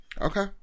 Okay